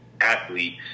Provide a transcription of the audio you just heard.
athletes